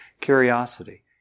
curiosity